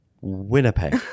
Winnipeg